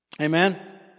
Amen